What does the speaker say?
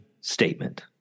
statement